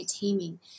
taming